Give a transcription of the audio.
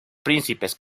príncipes